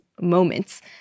moments